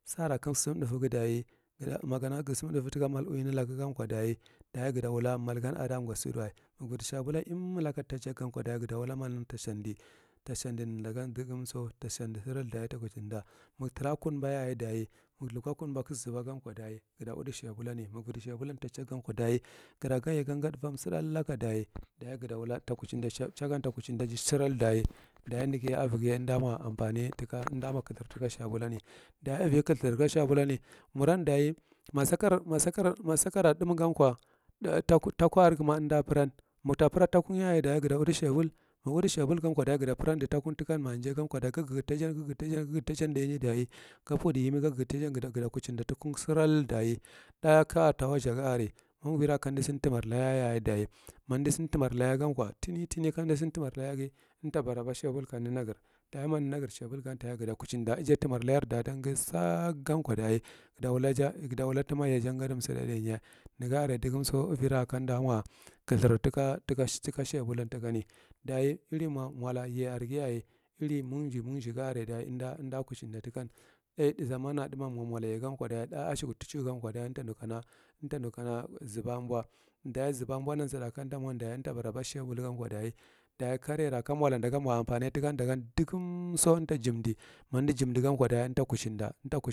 Sara kagu sumthūthfu daye juta makana gusunthūthfu tika maluine laka gan ko daye daye gata wua modgan ada ofe sidiwa magu fadi shabulan imiylaka ta chau gan ko daye ga ta wula malgan ta shandi ta shan di nennegam dugun su ta shandi ta shandhi surul daye ta kuchinda, magu tra kuddboyaye daye maga luko kuddbo kagu zaba gan ko dtiy ga ta udi shabulani maga vachi shabula ta chanya ko daye gura ganye yang ya thūgthfayu suthālta ka daye chagan to kuchimdadi surul daye neghiye umda mo umfani tika umdamo umfani tikan umda mo kuthir tika shabulani, daye wi kithur tika shabulani mur daye ma akar, ma sakar, ma sakara thūgth gan ko daku are guma umda pran nata pra taku yaye guta wudi shabul maga uddi shabul gan ko daye guta prancti tokum tikan maga jau ogan ka daye kagu gargat di ta ijan gugat di ta ijan gugat da tijan daye gorgalta ijan ra puddi daye gu puddi yemi ga gaddi ta ijan gata kuchinda takum sural daye, thāgth kata waza umva rakamdisin tumor layaya daye, ma umdu sin tumar laya gan ko tine ka umdu sin timar laye ghi umta baraba shabul kamdi nadar daye madi nagre shabul gan daye ofa ta kuchinda tumar layar babanghi saddi gan ko daye daye gata wula tumanye jan gadi suda māgth ye negara dagum ivira kom da mo kuthur ti shabudan, daye iri ma mola are yeghiyaye irimonezuyanzu ga aran daye lauda kuchinda likan thāgth zannathāgh gaa ko mola yaye ghi thāgth askekud tisnekud ko daye umto nuka zuba umbow daye zuba bodan umta baraba. Shabulu ka daye daye karere ka molada gan umfane tika dagan dugum umta jundi ma umdi jumdi gam kwa daye umta kuchinde.